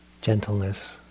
Gentleness